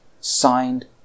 signed